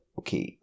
okay